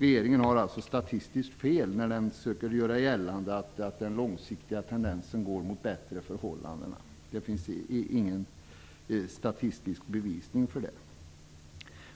Regeringen har alltså statistiskt fel när den försöker göra gällande att den långsiktiga tendensen tyder på en förbättring av förhållandena. Det finns inga statistiska bevis för det.